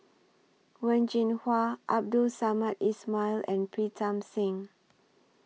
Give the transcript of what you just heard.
Wen Jinhua Abdul Samad Ismail and Pritam Singh